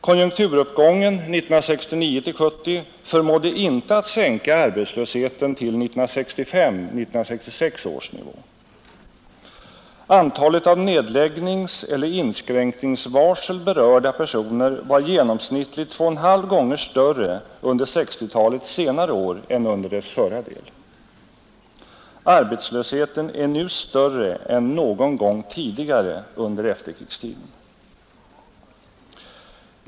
Konjunkturuppgången 1969-1970 förmådde inte sänka arbetslösheten till 1965—1966 ärs nivå. Antalet av nedläggningseller inskränkningsvarsel berörda personer var genomsnittligt 2,5 gånger större under 1960-talets senare år än under dess förra. Arbetslösheten är nu större än någon gång tidigare under efterkrigstiden.